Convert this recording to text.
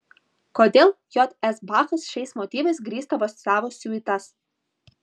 kodėl j s bachas šiais motyvais grįsdavo savo siuitas